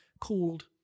called